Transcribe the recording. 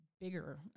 bigger